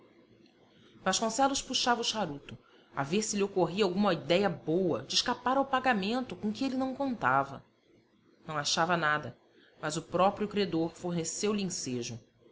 vasconcelos puxava o charuto a ver se lhe ocorria alguma idéia boa de escapar ao pagamento com que ele não contava não achava nada mas o próprio credor forneceu lhe ensejo